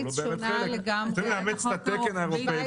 צריך לאמץ את התקן האירופאי,